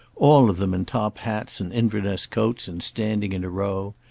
all of them in top hats and inverness coats, and standing in a row.